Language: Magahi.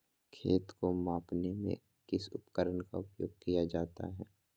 खेत को मापने में किस उपकरण का उपयोग किया जाता है?